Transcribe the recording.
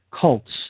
cults